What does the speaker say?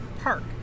park